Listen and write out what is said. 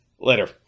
later